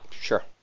Sure